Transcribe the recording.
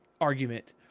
argument